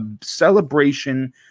celebration